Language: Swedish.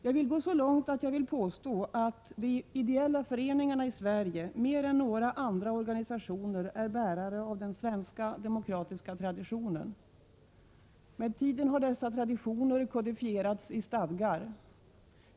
Jag vill gå så långt att jag påstår att de ideella föreningarna i Sverige, mer än några andra organisationer, är bärare av den svenska demokratiska traditionen. Med tiden har dessa traditioner kodifierats i stadgar.